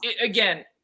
again